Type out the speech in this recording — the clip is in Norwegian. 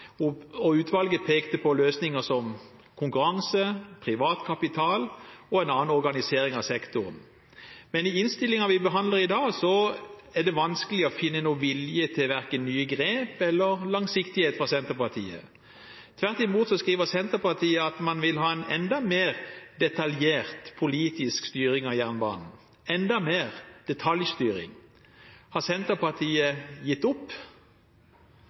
med jernbanen. Utvalget pekte på løsninger som konkurranse, privatkapital og en annen organisering av sektoren. I innstillingen vi behandler i dag, er det vanskelig å finne vilje til verken nye grep eller langsiktighet fra Senterpartiet. Tvert imot skriver Senterpartiet at man vil ha en enda mer detaljert politisk styring av jernbanen, enda mer detaljstyring. Har Senterpartiet gitt opp?